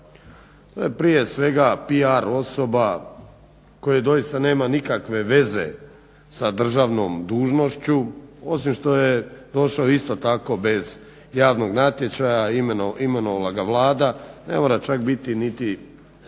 To je prije svega PR osoba koja doista nema nikakve veze sa državnom dužnošću osim što je došao isto tako bez javnog natječaja, imenovala ga Vlada, ne mora čak biti niti